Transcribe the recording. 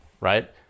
Right